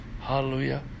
Hallelujah